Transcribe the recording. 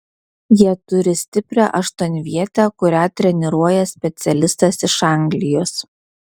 jie turi stiprią aštuonvietę kurią treniruoja specialistas iš anglijos